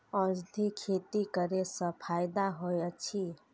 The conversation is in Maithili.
औषधि खेती करे स फायदा होय अछि?